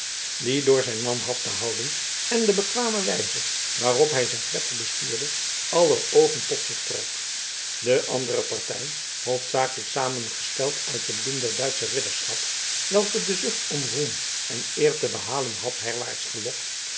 die door zijn manhafte houding en de bekwame wijze waarop hij zijn klepper bestuurde aller oogen tot zich trok de andere partij hoofdzakelijk samengesteld uit de bloem der duitsche ridderschap welke de zucht om roem en eer te behalen had herwaarts gelokt